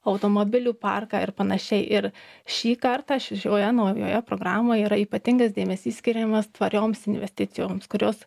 automobilių parką ir panašiai ir šį kartą šioje naujoje programoje yra ypatingas dėmesys skiriamas tvarioms investicijoms kurios